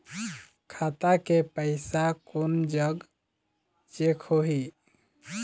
खाता के पैसा कोन जग चेक होही?